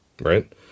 right